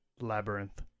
labyrinth